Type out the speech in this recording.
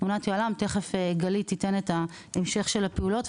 תיכף גלית תיתן את ההמשך של הפעולות.